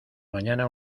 mañana